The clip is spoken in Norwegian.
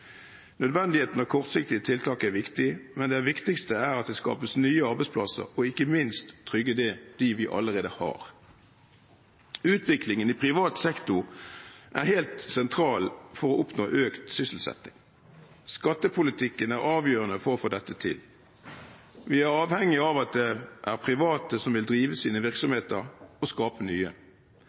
Nødvendigheten av kortsiktige tiltak er viktig, men det viktigste er at det skapes nye arbeidsplasser, og ikke minst at vi trygger dem vi allerede har. Utviklingen i privat sektor er helt sentral for å oppnå økt sysselsetting. Skattepolitikken er avgjørende for å få dette til. Vi er avhengig av at det er private som vil drive virksomheter og skape nye.